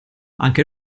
anche